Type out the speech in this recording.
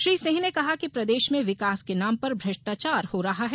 श्री सिंह ने कहा कि प्रदेश में विकास के नाम पर भ्रष्टाचार हो रहा है